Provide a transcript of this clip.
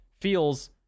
feels